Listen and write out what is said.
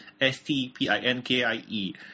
S-T-P-I-N-K-I-E